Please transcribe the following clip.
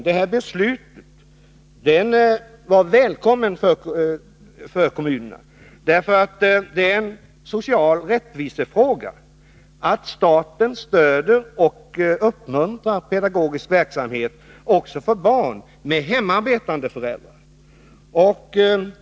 Det här beslutet var välkommet för kommunerna, därför att det är en social rättvisefråga att staten stöder och uppmuntrar pedagogisk verksamhet också för barn med hemarbetande föräldrar.